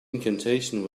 incantation